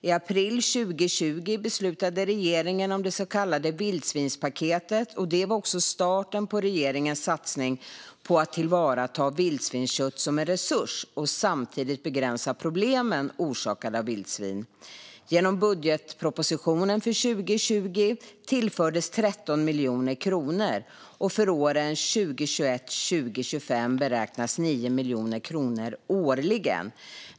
I april 2020 beslutade regeringen om det så kallade vildsvinspaketet, och det var också starten på regeringens satsning på att tillvarata vildsvinskött som en resurs och samtidigt begränsa problemen orsakade av vildsvin. Genom budgetpropositionen för 2020 tillfördes 13 miljoner kronor, och för åren 2021-2025 beräknas 9 miljoner kronor årligen.